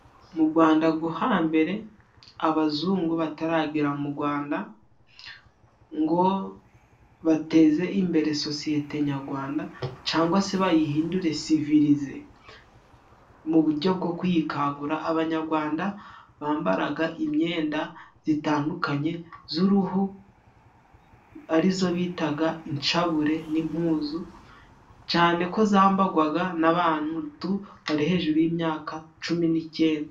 Mu Rwanda rwobhambere, abazungu bataragera mu rwanda ngo bateze imbere sosiyete nyarwanda, cyangwa se bayihindure sivilize mu buryo bwo kuyikangura, Abanyarwanda bambaraga imyenda itandukanye y'uruhu ari yo bitaga ishabure n'impuzu, cyane ko zambarwaga n'abantu bari hejuru y'imyaka cumi n'icyenda(19).